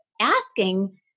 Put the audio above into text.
asking